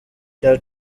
cya